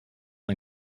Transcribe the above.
ein